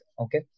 Okay